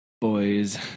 boys